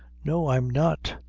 no, i'm not.